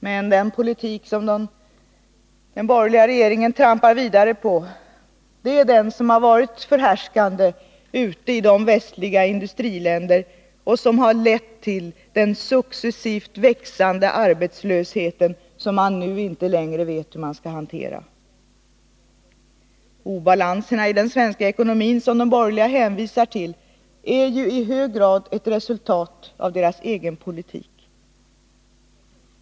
Men den politik som den borgerliga regeringen trampar vidare med, det är den som har varit förhärskande ute i de västliga industriländerna och som har lett till den successivt växande arbetslösheten, som man nu inte längre vet hur man skall hantera. Obalanserna i den svenska ekonomin, som de borgerliga hänvisar till, är ju i hög grad ett resultat av deras egen politik.